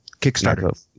kickstarter